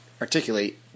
articulate